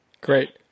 Great